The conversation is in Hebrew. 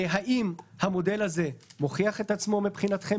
האם המודל הזה מוכיח את עצמו מבחינתכם